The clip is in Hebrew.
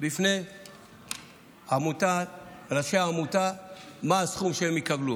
בפני ראשי העמותה מה הסכום שהם יקבלו.